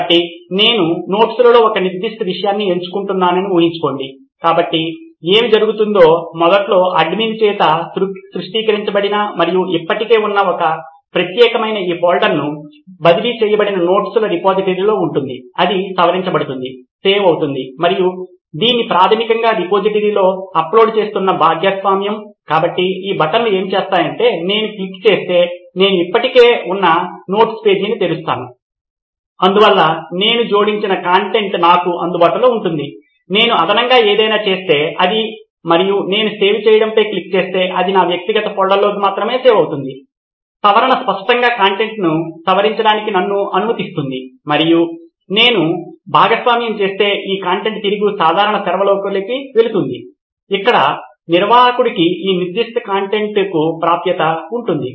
కాబట్టి నేను నోట్స్లలో ఒక నిర్దిష్ట విషయాన్ని ఎన్నుకుంటానని ఊహించుకోండి కాబట్టి ఏమి జరుగుతుందో మొదట్లో అడ్మిన్ చేత సృష్టించబడిన మరియు ఇప్పటికే ఉన్న ఈ ప్రత్యేకమైన ఫోల్డర్కు బదిలీ చేయబడిన నోట్స్ల రిపోజిటరీ ఉంటుంది అది సవరించబడుతుంది సేవ్ అవుతుంది మరియు దీన్ని ప్రాథమికంగా రిపోజిటరీలోకి అప్లోడ్ చేస్తున్న భాగస్వామ్యం కాబట్టి ఈ బటన్లు ఏమి చేస్తాయంటే నేను క్లిక్ చేస్తే నేను ఇప్పటికే ఉన్న నోట్స్ పేజీని తెరుస్తాను అందువల్ల నేను జోడించిన కంటెంట్ నాకు అందుబాటులో ఉంది నేను అదనంగా ఏదైనా చేస్తే అది మరియు నేను సేవ్ చేయడంపై క్లిక్ చేస్తే అది నా వ్యక్తిగత ఫోల్డర్లో మాత్రమే సేవ్ అవుతుంది సవరణ స్పష్టంగా కంటెంట్ను సవరించడానికి నన్ను అనుమతిస్తుంది మరియు నేను భాగస్వామ్యం చేస్తే ఈ కంటెంట్ తిరిగి సాధారణ సర్వర్లోకి వెళుతుంది ఇక్కడ నిర్వాహకుడికి ఈ నిర్దిష్ట కంటెంట్కు ప్రాప్యత ఉంటుంది